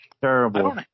terrible